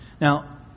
Now